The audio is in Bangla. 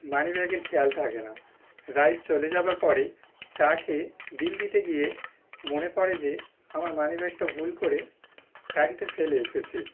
মানি ব্যাগের খেয়াল থাকে না রাইড চলে যাবার পরেই চা খেয়ে বিল দিতে গিয়ে মনে পড়ে যে আমার মানি ব্যাগটা ভুল করে গাড়িতে ফেলে এসেছি